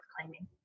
claiming